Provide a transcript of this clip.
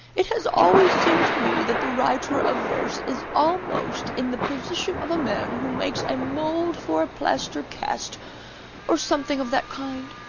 it has always seemed to me that the writer of verse is almost in the position of a man who makes a mold for a plaster cast or something of that kind.